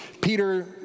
Peter